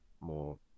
more